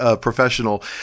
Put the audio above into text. professional